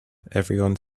everyone